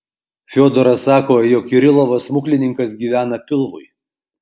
fiodoras sako jog kirilovas smuklininkas gyvena pilvui